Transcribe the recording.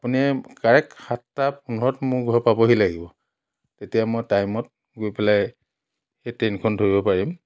আপুনি কাৰেক্ট সাতটা পোন্ধৰত মোৰ ঘৰ পাবহি লাগিব তেতিয়া মই টাইমত গৈ পেলাই এই ট্ৰেইনখন ধৰিব পাৰিম